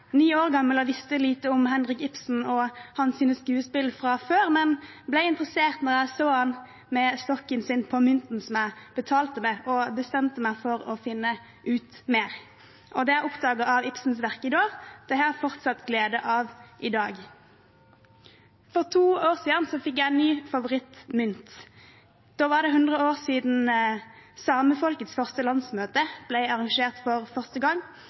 år gammel og visste lite om Henrik Ibsen og hans skuespill fra før. Jeg ble interessert da jeg så ham med stokken sin på mynten som jeg betalte med, og bestemte meg for å finne ut mer. Det jeg oppdaget av Ibsens verk da, har jeg fortsatt glede av i dag. For to år siden fikk jeg en ny favorittmynt. Da var det 100 år siden samefolkets første landsmøte ble arrangert